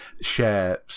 share